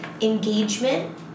engagement